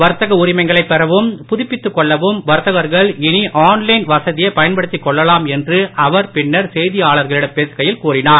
வர்த்தகஉரிமங்களைபெறவும்புதுப்பித்துக்கொள்ளவும்வர்த்தகர்கள்இனி ஆன்லைன்வசதியைபயன்படுத்திக்கொள்ளலாம்என்று அவர்பின்னர்செய்தியாளர்களிடம்பேசுகையில்கூறினார்